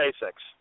basics